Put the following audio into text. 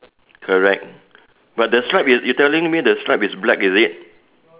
correct but the stripe is you telling me the stripe is black is it